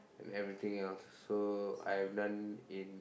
and everything else so I've done in